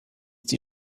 die